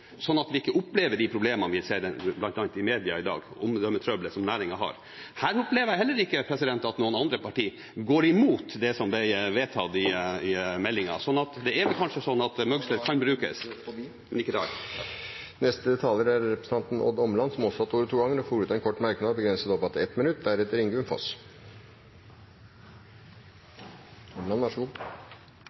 at vi ikke opplever de problemene vi ser bl.a. i media i dag om omdømmetrøbbelet som næringen har. Her opplever jeg heller ikke at noen andre parti går imot det som ble vedtatt i meldingen, så det er kanskje slik at den kan brukes. Representanten Odd Omland har hatt ordet to ganger tidligere og får ordet til en kort merknad, begrenset til 1 minutt. Representanten Ingunn Foss